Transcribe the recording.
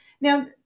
now